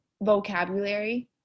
vocabulary